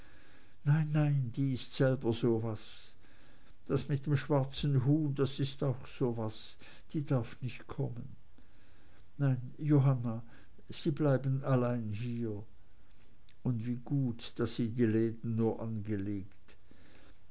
nein nein die ist selber so was das mit dem schwarzen huhn das ist auch sowas die darf nicht kommen nein johanna sie bleiben allein hier und wie gut daß sie die läden nur angelegt